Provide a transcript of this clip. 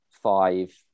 Five